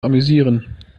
amüsieren